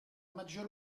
maggior